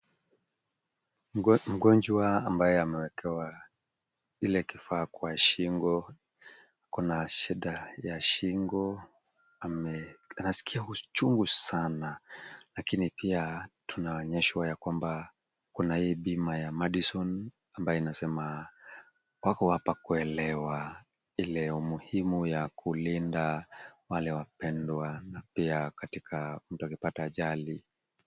Mgonjwa ambaye amewekewa ile kifaa kwa shingo, kuna shida ya shingo, anasikia uchungu sana, lakini pia tunaonyeshwa ya kwamba, kuna hii bima ya Madison ambayo inasema wako hapa kuelewa ile umuhimu ya kulinda wale wapendwa na pia katika mtu akipata ajali.